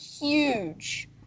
huge